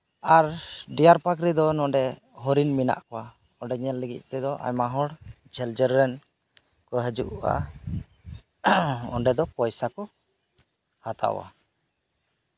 ᱟᱨ deer park ᱨᱮᱫᱚ ᱱᱚᱰᱮ ᱦᱚᱨᱤᱱ ᱢᱮᱱᱟᱜ ᱠᱚᱣᱟ ᱚᱱᱰᱮ ᱧᱮᱞ ᱞᱟᱹᱜᱤᱫ ᱛᱮᱫᱚ ᱟᱭᱢᱟ ᱦᱚᱲ ᱡᱷᱟᱹᱞ ᱡᱷᱟᱹᱞ ᱨᱮᱱ ᱠᱚ ᱦᱤᱡᱩᱜᱼᱟ ᱚᱱᱰᱮ ᱫᱚ ᱯᱚᱭᱥᱟ ᱠᱚ ᱦᱟᱛᱟᱣᱟ